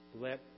let